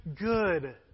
good